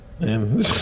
Man